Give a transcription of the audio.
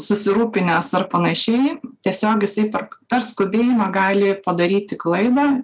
susirūpinęs ar panašiai tiesiog jisai per per skubėjimą gali padaryti klaidą